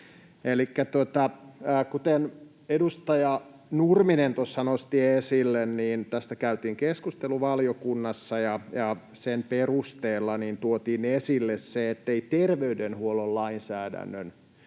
Kuten edustaja Nurminen tuossa nosti esille, niin tästä käytiin keskustelu valiokunnassa, ja sen perusteella tuotiin esille se, ettei terveydenhuollon lainsäädännön